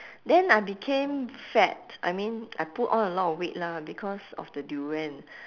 then I became fat I mean I put on a lot of weight lah because of the durian